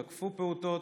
תקפו פעוטות